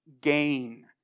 gain